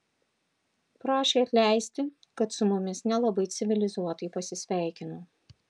prašė atleisti kad su mumis nelabai civilizuotai pasisveikino